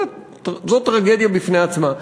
שזו טרגדיה בפני עצמה.